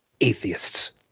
atheists